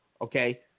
okay